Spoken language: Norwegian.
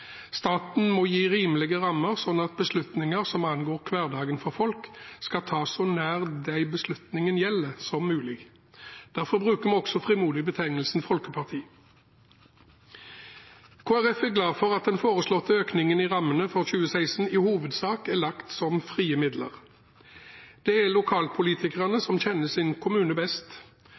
Staten må gi rimelige rammer, slik at beslutninger som angår hverdagen for folk, skal tas så nær dem beslutningen gjelder, som mulig. Derfor bruker vi også frimodig betegnelsen «folkeparti». Kristelig Folkeparti er glad for at den foreslåtte økningen i rammene for 2016 i hovedsak er lagt som frie midler. Det er lokalpolitikerne som kjenner sin kommune best.